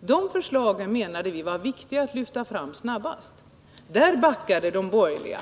De förslagen menade vi var viktiga att lyfta fram snabbast. Där backade de borgerliga.